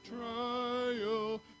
trial